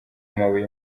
amabuye